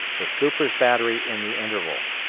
with cooper's battery in the interval.